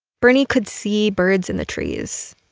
bernie could see birds in the trees,